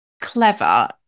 clever